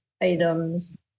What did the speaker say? items